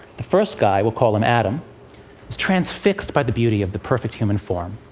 the first guy we'll call him adam is transfixed by the beauty of the perfect human form.